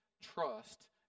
trust